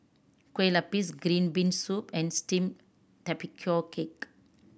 kue lupis green bean soup and steamed tapioca cake